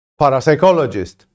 parapsychologist